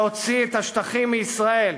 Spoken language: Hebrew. להוציא את השטחים מישראל.